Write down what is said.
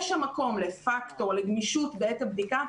יש שם מקום לפקטור, לגמישות בעת הבדיקה.